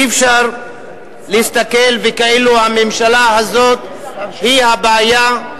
אי-אפשר להסתכל כאילו הממשלה הזאת היא הבעיה,